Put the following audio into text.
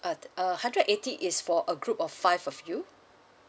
uh uh hundred eighty is for a group of five of you